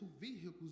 vehicles